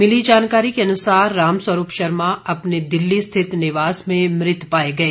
मिली जानकारी के अनुसार रामस्वरूप शर्मा अपने दिल्ली स्थित निवास में मृत पाए गए